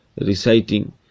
reciting